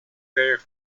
their